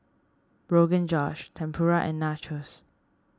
Josh Tempura and Nachos